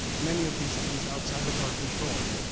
many of these things outside of our control.